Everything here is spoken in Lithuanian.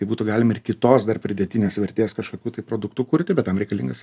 tai būtų galima ir kitos dar pridėtinės vertės kažkokių tai produktų kurti bet tam reikalingas